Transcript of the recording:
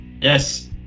Yes